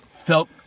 Felt